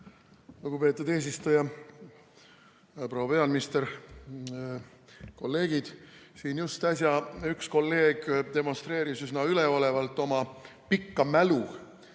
Lugupeetud eesistuja! Hea proua peaminister! Kolleegid! Siin just äsja üks kolleeg demonstreeris üsna üleolevalt oma pikka mälu